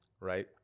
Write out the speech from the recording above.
right